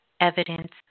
evidence